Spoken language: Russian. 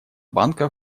банка